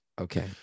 Okay